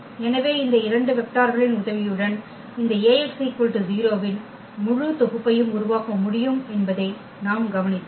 எனவே இந்த இரண்டு வெக்டார்களின் உதவியுடன் இந்த அச்சு Ax 0 இன் முழுத் தொகுப்பையும் உருவாக்க முடியும் என்பதை நாம் கவனித்தோம்